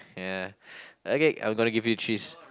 ya okay I'm gonna give you three